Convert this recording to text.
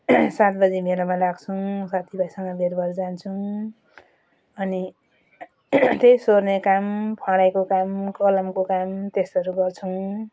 सात बजी मेलामा लाग्छौँ साथीभाइसँग भेट भएर जान्छौँ अनि त्यही सोहोर्ने काम फँडाइको काम कलमको काम त्यस्तोहरू गर्छौँ